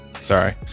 Sorry